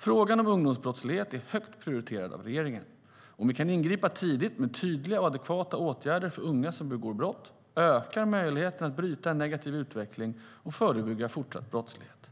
Frågan om ungdomsbrottslighet är högt prioriterad av regeringen. Om vi kan ingripa tidigt med tydliga och adekvata åtgärder för unga som begår brott ökar möjligheterna att bryta en negativ utveckling och förebygga fortsatt brottslighet.